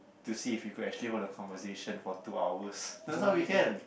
to see if you could actually want a conversation for two hours turns out we can